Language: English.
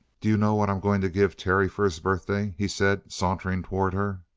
do you know what i'm going to give terry for his birthday? he said, sauntering toward her.